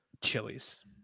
chilies